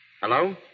Hello